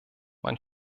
man